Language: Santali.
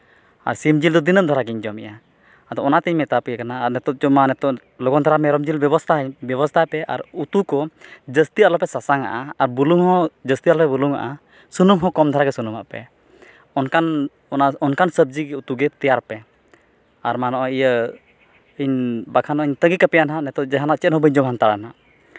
ᱟᱨ ᱥᱤᱢ ᱡᱤᱞ ᱫᱚ ᱫᱤᱱᱟᱹᱢ ᱫᱷᱟᱨᱟᱜᱮᱧ ᱡᱚᱢᱮᱜᱼᱟ ᱟᱫᱚ ᱚᱱᱟᱛᱮᱧ ᱢᱮᱛᱟ ᱯᱮ ᱠᱟᱱᱟ ᱟᱨ ᱱᱤᱛᱳᱜ ᱪᱚ ᱢᱟ ᱱᱤᱛᱳᱜ ᱞᱚᱜᱚᱱ ᱫᱷᱟᱨᱟ ᱢᱮᱨᱚᱢ ᱡᱤᱞ ᱵᱮᱵᱚᱥᱛᱷᱟ ᱟᱹᱧ ᱯᱮ ᱵᱮᱵᱚᱥᱛᱷᱟᱭ ᱯᱮ ᱟᱨ ᱩᱛᱩ ᱠᱚ ᱡᱟᱹᱥᱛᱤ ᱟᱞᱚ ᱯᱮ ᱥᱟᱥᱟᱝ ᱟᱜᱼᱟ ᱵᱩᱞᱩᱝ ᱦᱚᱸ ᱡᱟᱹᱥᱛᱤ ᱟᱞᱚ ᱯᱮ ᱵᱩᱞᱩᱝ ᱟᱜᱼᱟ ᱥᱩᱱᱩᱢ ᱦᱚᱸ ᱠᱚᱢ ᱫᱷᱟᱨᱟᱜᱮ ᱥᱩᱱᱩᱢᱟᱜ ᱯᱮ ᱚᱱᱠᱟᱱ ᱚᱱᱟ ᱚᱱᱠᱟᱱ ᱥᱚᱵᱽᱡᱤ ᱜᱮ ᱩᱛᱩ ᱜᱮ ᱛᱮᱭᱟᱨ ᱯᱮ ᱟᱨ ᱢᱟ ᱱᱚᱜᱼᱚᱸᱭ ᱤᱭᱟᱹ ᱤᱧ ᱵᱟᱠᱷᱟᱱᱟᱹᱧ ᱛᱟᱺᱜᱤ ᱠᱟᱯᱮᱭᱟ ᱱᱟᱦᱟᱜ ᱱᱤᱛᱳᱜ ᱡᱟᱦᱟᱱᱟᱜ ᱪᱮᱫ ᱦᱚᱸ ᱵᱟᱹᱧ ᱡᱚᱢ ᱦᱟᱛᱟᱲᱟᱜᱼᱱᱟ